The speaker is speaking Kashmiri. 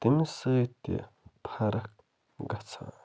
تَمہِ سۭتۍ تہِ فرق گژھان